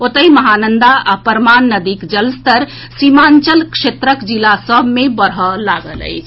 ओतहि महानंदा आ परमान नदीक जलस्तर सीमांचल क्षेत्रक जिला सभ मे बढ़ए लागल अछि